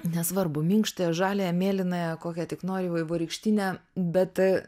nesvarbu minkštąją žaliąją mėlynąją kokią tik nori vaivorykštinę bet